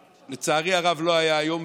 שלצערי הרב לא היה היום,